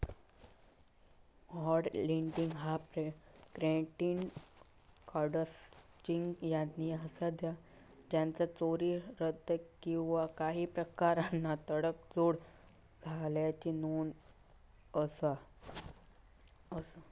hot list ह्या credit कार्ड्सची यादी असा ज्याचा चोरी, रद्द किंवा काही प्रकारान तडजोड झाल्याची नोंद असा